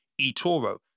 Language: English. eToro